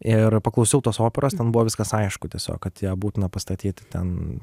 ir paklausiau tos operos ten buvo viskas aišku tiesiog kad ją būtina pastatyti ten